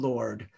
Lord